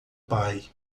pai